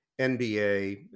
NBA